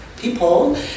people